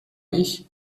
ich